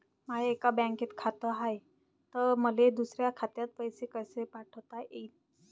माय एका बँकेत खात हाय, त मले दुसऱ्या खात्यात पैसे कसे पाठवता येईन?